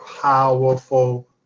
powerful